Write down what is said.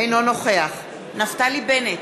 אינו נוכח נפתלי בנט,